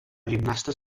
gimnastes